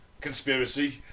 conspiracy